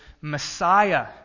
Messiah